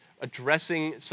addressing